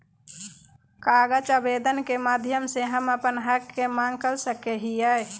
कागज आवेदन के माध्यम से हम अपन हक के मांग कर सकय हियय